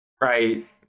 right